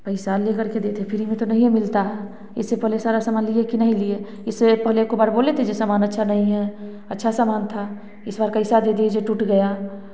पैसा लेकर के देते हैं फ्री में तो नहीं मिलता है इससे पहले सारा सामान लिए की नहीं लिए इससे पहले एको बार बोले थे जो सामान अच्छा नहीं है अच्छा सामान था इस बार कैसा दे दिए जो टूट गया